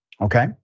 Okay